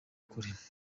kure